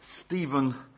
Stephen